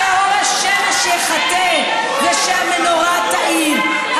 שאור השמש יחטא והמנורה תאיר.